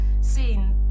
seen